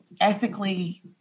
ethically